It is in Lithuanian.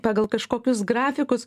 pagal kažkokius grafikus